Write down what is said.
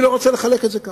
אני לא רוצה לחלק את זה כך.